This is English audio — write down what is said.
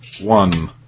one